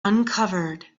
uncovered